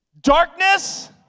Darkness